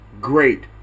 great